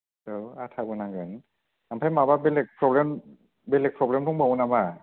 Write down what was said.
औ आटाबो नांगोन ओमफ्राय माबा बेलेग प्रब्लेम बेलेग प्रब्लेम दंबावो नामा